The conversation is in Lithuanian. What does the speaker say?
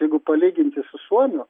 jeigu palyginti su suomių